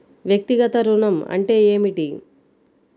వ్యక్తిగత ఋణం అంటే ఏమిటి?